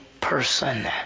person